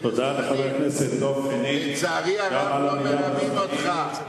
חבר הכנסת חנין, לצערי הרב, לא מרמים אותך.